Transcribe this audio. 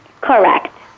Correct